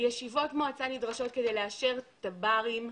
ישיבות מועצה נדרשות כדי לאשר תב"רים.